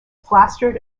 plastered